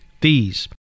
Fees